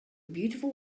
beautiful